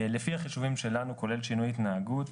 לפי החישובים שלנו כולל שינוי התנהגות,